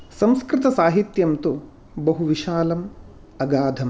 संस्कृतसाहित्यं तु बहु विशालम् अगाधम्